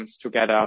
together